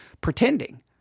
pretending